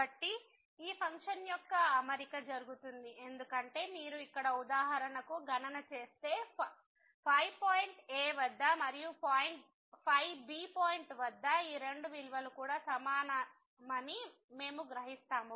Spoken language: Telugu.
కాబట్టి ఈ ఫంక్షన్ యొక్క అమరిక జరుగుతుంది ఎందుకంటే మీరు ఇక్కడ ఉదాహరణకు గణన చేస్తే పాయింట్ a వద్ద మరియు బి పాయింట్ వద్ద ఈ రెండు విలువలు కూడా సమానమని మేము గ్రహిస్తాము